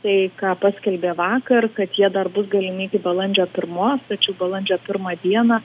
tai ką paskelbė vakar kad jie dar bus galimi iki balandžio pirmos tačiau balandžio pirmą dieną